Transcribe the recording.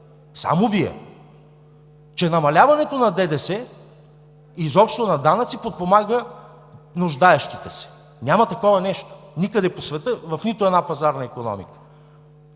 само Вие, че намаляването на ДДС, изобщо на данъци, подпомага нуждаещите се. Няма такова нещо никъде по света в нито една пазарна икономика!